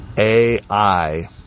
AI